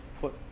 put